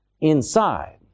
inside